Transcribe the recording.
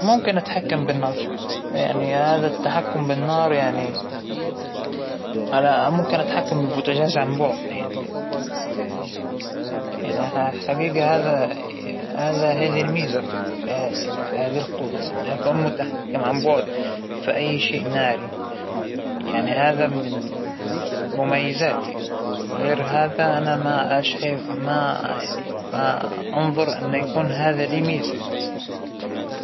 الماء بحس إن الماء سلاح قوى جد قوى قطرات الموية فيها، إنها تنحت الصخر مثل ما بيحكوا، طبعاً النار قوية لكن بحس الماى أقوى.